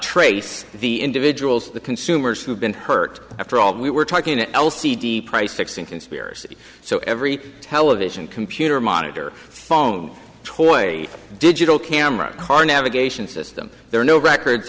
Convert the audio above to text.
trace the individuals the consumers who have been hurt after all we were talking l c d price fixing conspiracy so every television computer monitor phone toy digital camera car navigation system there are no records